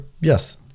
yes